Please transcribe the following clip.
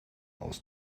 aus